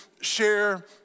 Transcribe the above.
share